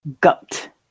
gut